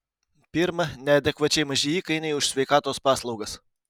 pirma neadekvačiai maži įkainiai už sveikatos paslaugas